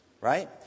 Right